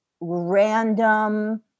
random